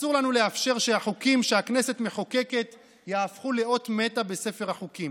אסור לנו לאפשר שהחוקים שהכנסת מחוקקת יהפכו לאות מתה בספר החוקים.